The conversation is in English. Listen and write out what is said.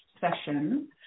session